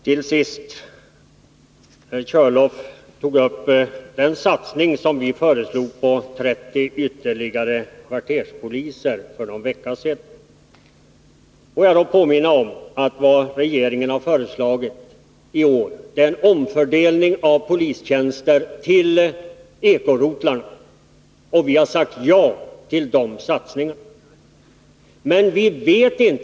Till sist: Herr Körlof berörde den satsning på ytterligare 30 kvarterspoliser som vi för någon vecka sedan föreslog. Får jag i detta sammanhang påminna Nr 147 om att vi har sagt ja till de satsningar som regeringen i år har föreslagit; det gäller omfördelningen av polistjänster till eko-rotlarna.